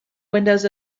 windows